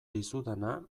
dizudana